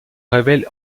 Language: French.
révèle